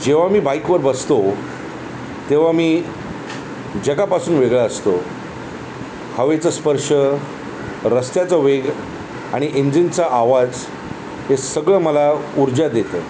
जेव्हा मी बाईकवर बसतो तेव्हा मी जगापासून वेगळा असतो हवेचा स्पर्श रस्त्याचा वेग आणि इंजिनचा आवाज हे सगळं मला ऊर्जा देतं